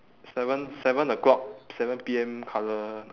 seven seven o'clock seven P_M colour